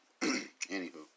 anywho